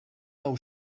nou